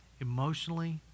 emotionally